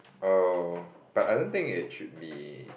oh but I don't think it should be